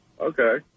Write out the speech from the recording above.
Okay